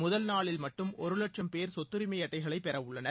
முதல் நாளில் மட்டும் ஒரு லட்சம் பேர் சொத்துரிமை அட்டைகளை பெற உள்ளனர்